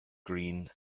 green